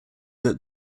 that